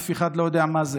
אף אחד לא יודע מה זה.